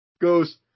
goes